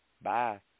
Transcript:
bye